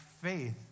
faith